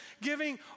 giving